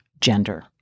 gender